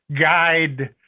Guide